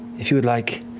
if you like,